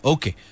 Okay